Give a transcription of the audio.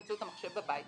באמצעות המחשב בבית,